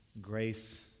Grace